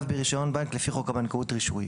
ברישיון בנק לפי חוק הבנקאות (רישוי),